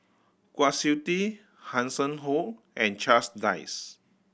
Kwa Siew Tee Hanson Ho and Charles Dyce